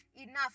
enough